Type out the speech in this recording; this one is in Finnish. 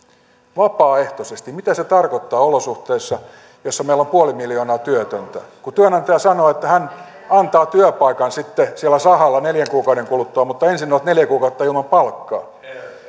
vapaaehtoisesti mitä se tarkoittaa olosuhteissa joissa meillä on puoli miljoonaa työtöntä kun työnantaja sanoo että hän antaa työpaikan sitten siellä sahalla neljän kuukauden kuluttua mutta ensin olet neljä kuukautta ilman palkkaa